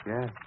Yes